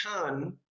turn